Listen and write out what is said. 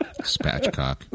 Spatchcock